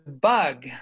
bug